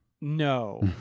No